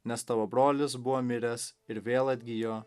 nes tavo brolis buvo miręs ir vėl atgijo